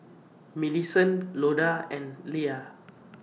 Millicent Loda and Leia